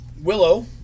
Willow